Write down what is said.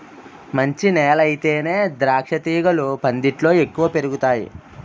మంచి నేలయితేనే ద్రాక్షతీగలు పందిట్లో ఎక్కువ పెరుగతాయ్